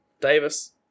Davis